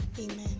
amen